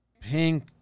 pink